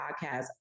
podcast